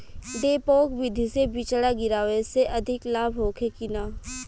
डेपोक विधि से बिचड़ा गिरावे से अधिक लाभ होखे की न?